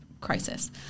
crisis